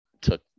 took